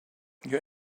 you